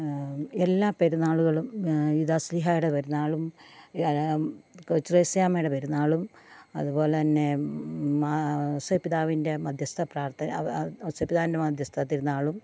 എല്ലാ പെരുന്നാളുകളും യൂദാസ്ലിഹായുടെ പെരുന്നാളും കൊച്ചുത്രേസ്യാമ്മയുടെ പെരുന്നാളും അതു പോലെ തന്നെ ഔസേപിതാവിൻ്റെ മധ്യസ്ഥ പ്രാർത്ഥന അ അ ഔസേപിതാവിൻ്റെ മധ്യസ്ഥ തിരുന്നാളും